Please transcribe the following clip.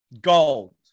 gold